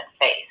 face